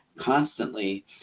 constantly